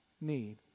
need